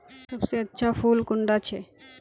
सबसे अच्छा फुल कुंडा छै?